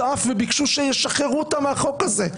האף וביקשו שישחררו אותם מהחוק הזה.